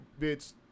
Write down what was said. bitch